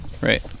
Right